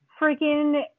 freaking